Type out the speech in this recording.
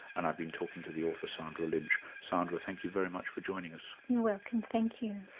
and i've been talking to the author, sandra lynch. sandra, thank you very much for joining us. you're welcome, thank you.